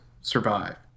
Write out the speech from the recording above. survive